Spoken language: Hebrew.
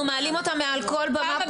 אנחנו מעלים אותן מעל כל במה,